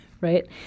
right